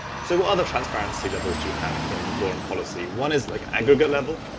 so other transparency levels do you have in your and policy? one is like aggregate level,